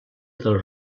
del